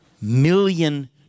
million